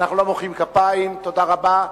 תודה רבה.